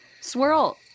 Swirl